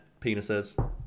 penises